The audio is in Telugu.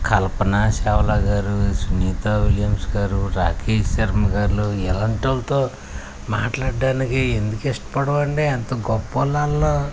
కల్పనా చావ్లా గారు సునీత విలియమ్స్ గారు రాకేశ్ శర్మగారు ఇలాంటి వాళ్ళతో మాట్లాడడానికి ఎందుకు ఇష్టపడం అండి ఎంత గొప్ప వాళ్ళు వాళ్ళు